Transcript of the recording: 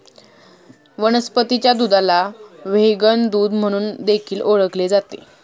वनस्पतीच्या दुधाला व्हेगन दूध म्हणून देखील ओळखले जाते